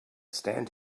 stand